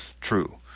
True